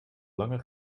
lange